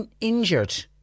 injured